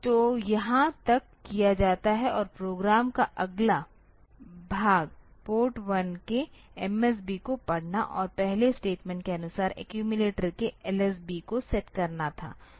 तो यहाँ तक किया जाता है और प्रोग्राम का अगला भाग पोर्ट 1 के MSB को पढ़ना और पहले स्टेटमेंट के अनुसार एक्यूमिलेटर केLSB को सेट करना था